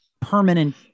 permanent